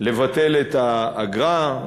לבטל את האגרה,